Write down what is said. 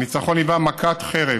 הניצחון היווה מכת חרב